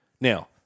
Now